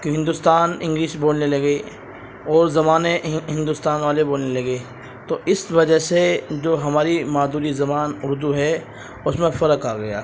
تو ہندوستان انگلش بولنے لگے اور زبانیں ہندوستان والے بولنے لگے تو اس وجہ سے جو ہماری مادری زبان اردو ہے اس میں فرق آ گیا